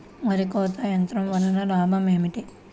వరి కోత యంత్రం వలన లాభం ఏమిటి?